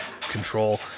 control